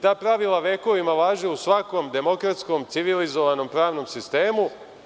Ta pravila vekovima važe u svakom demokratskom, civilizovanom pravnom sistemu.